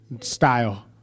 style